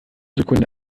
sekunde